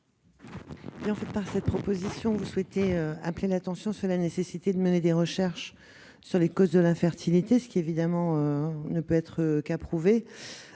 par cette proposition, vous souhaitez appeler l'attention sur la nécessité de mener des recherches sur les causes de l'infertilité, ce qui ne peut qu'être approuvé.